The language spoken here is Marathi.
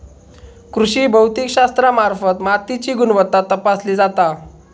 कृषी भौतिकशास्त्रामार्फत मातीची गुणवत्ता तपासली जाता